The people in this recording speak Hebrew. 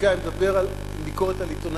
פוליטיקאי אומר ביקורת על עיתונאים.